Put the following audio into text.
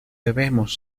debemos